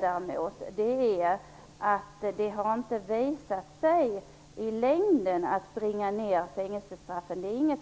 Däremot har det inte visat sig att det i längden har kunnat bringa ned fängelsestraffen.